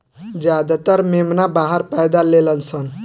ज्यादातर मेमना बाहर पैदा लेलसन